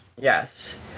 Yes